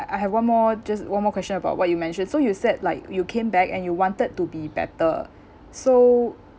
I have one more just one more question about what you mentioned so you said like you came back and you wanted to be better so